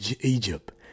Egypt